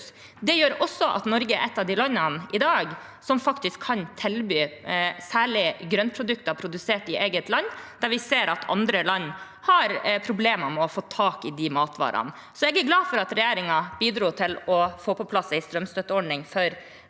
Det gjør også at Norge er et av de landene som i dag faktisk kan tilby særlig grøntprodukter produsert i eget land. Vi ser at andre land har problemer med å få tak i de matvarene. Jeg er glad for at regjeringen bidro til å få på plass en strømstøtteordning for